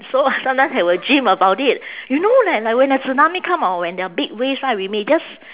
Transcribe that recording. so sometimes I will dream about it you know like like when a tsunami come or when there are big waves right we may just